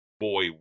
boy